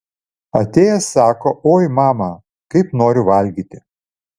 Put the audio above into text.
atėjęs sako oi mama kaip noriu valgyti